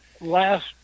last